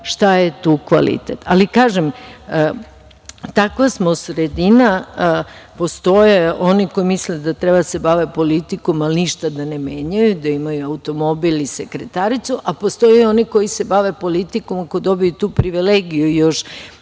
šta je tu kvalitet. Kažem, takva smo sredina. Postoje oni koji misle da treba da se bave politikom, ali ništa da ne menjaju, da imaju automobil ili sekretaricu, a postoje i oni koji se bave politikom i ako dobiju tu privilegiju još